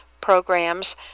programs